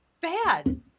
bad